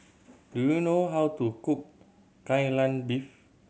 do you know how to cook Kai Lan Beef